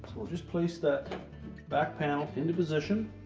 so just place that back panel into position.